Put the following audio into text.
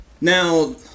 Now